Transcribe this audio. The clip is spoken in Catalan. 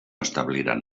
establiran